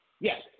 Yes